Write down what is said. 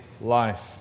life